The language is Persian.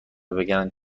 بگن